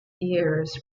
years